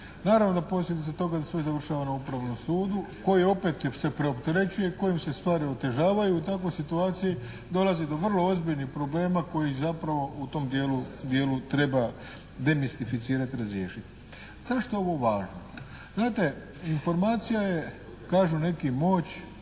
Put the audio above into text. Naravno da je posljedica toga da sve završava na Upravnom sudu koji je opet se preopterećuje kojem se stvari otežavaju. U takvoj situaciji dolazi do vrlo ozbiljnih problema koji zapravo u tom dijelu treba demistificirati, razriješiti. Zašto je ovo važno? Znate, informacija je kažu neki moć.